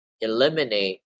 eliminate